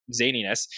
zaniness